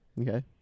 Okay